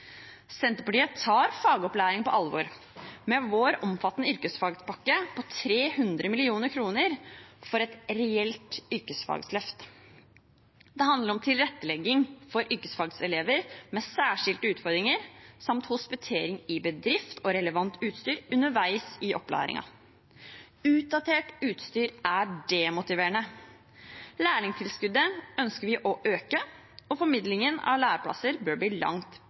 Senterpartiet tar fagopplæring på alvor med sin omfattende yrkesfagpakke på 300 mill. kr for et reelt yrkesfagløft. Det handler om tilrettelegging for yrkesfagelever med særskilte utfordringer samt hospitering i bedrift og relevant utstyr underveis i opplæringen. Utdatert utstyr er demotiverende. Lærlingtilskuddet ønsker vi å øke, og formidlingen av læreplasser bør bli langt